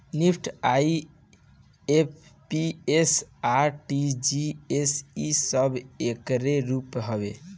NEFT, IMPS, RTGS इ सब एकरे रूप हवे